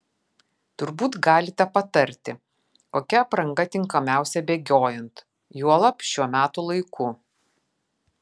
turbūt galite patarti kokia apranga tinkamiausia bėgiojant juolab šiuo metų laiku